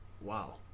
wow